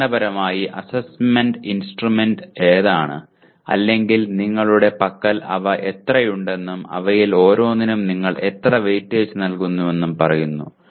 അടിസ്ഥാനപരമായി assessment instruments ഏതാണ് അല്ലെങ്കിൽ നിങ്ങളുടെ പക്കൽ അവ എത്രയുണ്ടെന്നും അവയിൽ ഓരോന്നിനും നിങ്ങൾ എത്ര വെയിറ്റേജ് നൽകുന്നുവെന്നും പറയുന്നു